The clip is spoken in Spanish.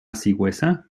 sigüenza